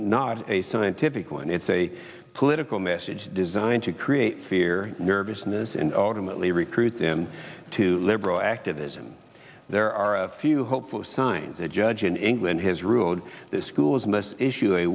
not a scientific one it's a political message designed to create fear nervousness in ultimately recruit them to liberal activism there are a few hopeful signs a judge in england has ruled the schools must issue a